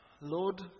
Lord